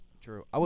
true